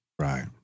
Right